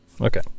Okay